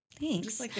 Thanks